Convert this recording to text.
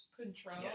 control